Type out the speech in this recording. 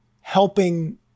helping